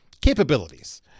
capabilities